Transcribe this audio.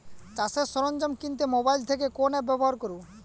চাষের সরঞ্জাম কিনতে মোবাইল থেকে কোন অ্যাপ ব্যাবহার করব?